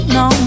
no